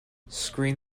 screen